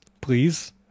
Please